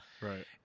Right